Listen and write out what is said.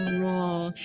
roll.